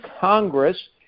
Congress